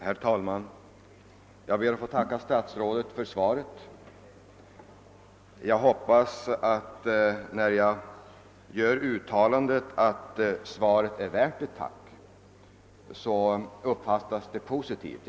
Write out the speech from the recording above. Herr' talman! Jag ber att få tacka statsrådet för svaret på min fråga. Jag hoppas det skall uppfattas positivt av statsrådet om jag gör uttalandet att jag förutsätter att svaret är värt ett tack.